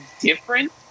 different